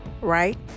Right